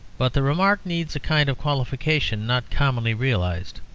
but the remark needs a kind of qualification not commonly realized.